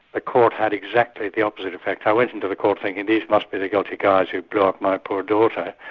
the court had exactly the opposite effect. i went into the court thinking these just be the guilty guys who blew up my poor daughter,